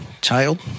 child